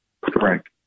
Correct